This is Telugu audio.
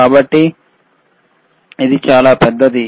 కాబట్టి ఇది పెద్దది